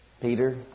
Peter